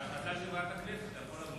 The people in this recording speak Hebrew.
זו החלטה של ועדת הכנסת, אתה יכול,